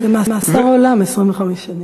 זה מאסר עולם, 25 שנים.